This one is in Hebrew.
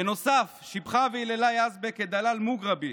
בנוסף, שיבחה והיללה יזבק את דלאל מוגרבי,